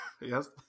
Yes